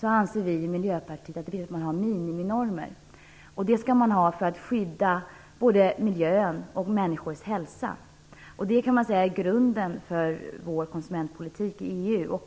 anser vi i Miljöpartiet att det är viktigt att man har miniminormer. Det skall man ha för att skydda både miljön och människors hälsa. Det kan man säga är grunden för vår konsumentpolitik i EU.